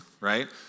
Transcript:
right